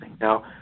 Now